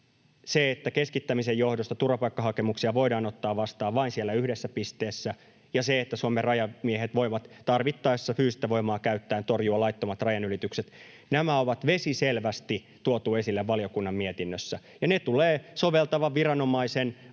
se, että keskittämisen johdosta turvapaikkahakemuksia voidaan ottaa vastaan vain siellä yhdessä pisteessä, ja se, että Suomen rajamiehet voivat tarvittaessa fyysistä voimaa käyttäen torjua laittomat rajanylitykset — on vesiselvästi tuotu esille valiokunnan mietinnössä, ja ne tulee soveltavan viranomaisen, valtioneuvoston